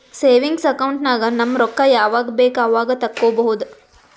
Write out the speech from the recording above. savings account ನಾಗ್ ನಮ್ ರೊಕ್ಕಾ ಯಾವಾಗ ಬೇಕ್ ಅವಾಗ ತೆಕ್ಕೋಬಹುದು